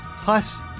plus